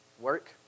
work